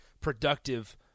productive